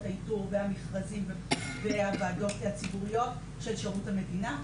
האיתור והמכרזים והוועדות הציבוריות של שירות המדינה,